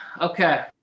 Okay